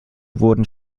wurden